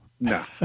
No